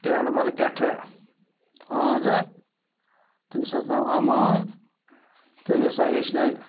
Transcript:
تیلبَل پٮ۪ٹھٕ ہٲنٛز اَکھ تٔمِس اوس ناو اَمہٕ ہٲنٛز تٔمۍ ہَسا ہیٚچھنٲوۍ